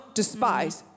despise